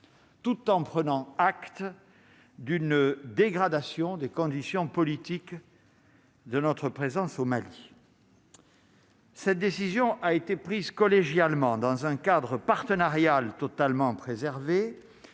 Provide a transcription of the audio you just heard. tout en prenant acte d'une dégradation des conditions politiques. De notre présence au Mali. Cette décision a été prise collégialement dans un cadre partenarial totalement préservée,